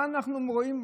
מה אנחנו רואים?